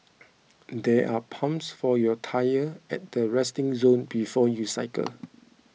there are pumps for your tyre at the resting zone before you cycle